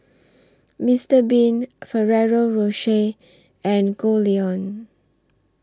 Mister Bean Ferrero Rocher and Goldlion